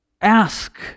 ask